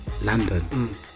London